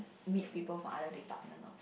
meet people from other department also